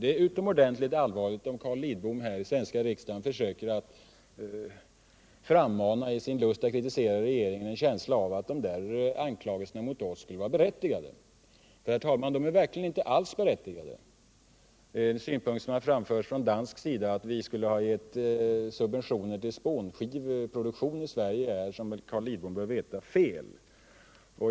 Det är utomordentligt allvarligt om Carl Lidbom i den svenska riksdagen i sin lust att kritisera regeringen försöker frammana en känsla av att anklagelserna mot oss skulle vara berättigade. De är verkligen inte alls berättigade. Påståendet från dansk sida att vi skulle ha givit subventioner till spånskiveproduktion i Sverige är felaktigt, vilket Carl Lidbom bör veta.